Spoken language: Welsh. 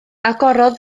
agorodd